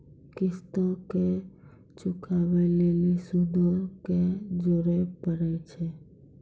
किश्तो के चुकाबै लेली सूदो के जोड़े परै छै